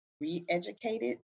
re-educated